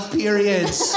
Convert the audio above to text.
periods